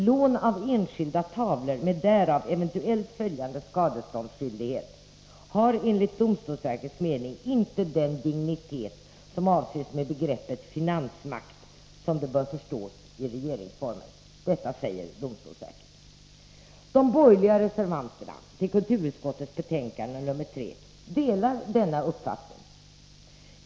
Lån av enskilda tavlor med därav eventuellt följande skadeståndsskyldighet har enligt domstolsverkets mening inte den dignitet som avses med begreppet finansmakt, som det bör förstås i regeringsformen. Detta säger domstolsverket. De borgerliga reservanterna till kulturutskottets betänkande nr 3 delar denna uppfattning.